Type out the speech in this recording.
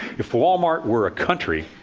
if wal-mart were a country,